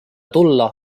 tulla